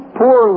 poor